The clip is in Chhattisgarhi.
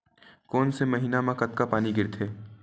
कोन से महीना म कतका पानी गिरथे?